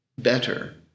better